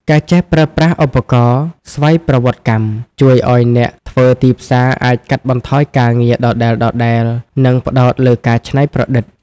ការចេះប្រើប្រាស់ឧបករណ៍ស្វ័យប្រវត្តិកម្ម ជួយឱ្យអ្នកធ្វើទីផ្សារអាចកាត់បន្ថយការងារដដែលៗ និងផ្ដោតលើការច្នៃប្រឌិត។